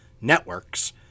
networks